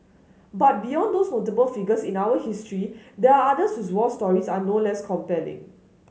but beyond these notable figures in our history there are others whose war stories are no less compelling